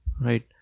right